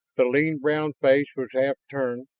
the lean brown face was half turned,